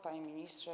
Panie Ministrze!